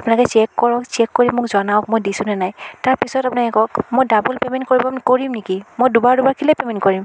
আপোনালোকে চেক কৰক চেক কৰি মোক জনাওক মই দিছোঁনে নাই তাৰ পিছত আপোনালোকে কওক মই ডাবল পে'মেণ্ট কৰিব কৰিম নেকি মই দুবাৰ দুবাৰ কেইলৈ পে'মেণ্ট কৰিম